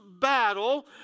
battle